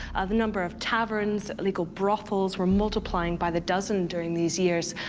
the number of taverns, illegal brothels, were multiplying by the dozen during these years,